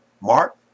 Mark